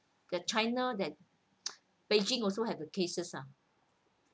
the china that beijing also have a cases uh